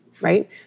right